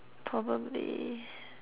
probably